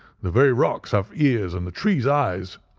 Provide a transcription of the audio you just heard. the very rocks have ears and the trees eyes.